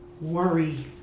worry